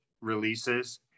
releases